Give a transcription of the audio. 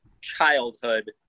childhood